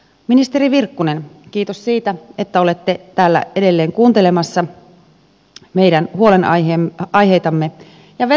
ministeri virkkunen kiitos siitä että olette täällä edelleen kuuntelemassa meidän huolenaiheitamme ja vetoan vielä